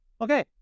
Okay